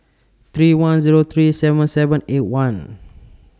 three one Zero three seven seven eight one